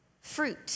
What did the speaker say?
fruit